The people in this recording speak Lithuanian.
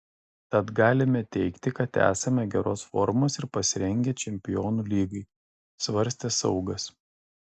tad galime teigti kad esame geros formos ir pasirengę čempionų lygai svarstė saugas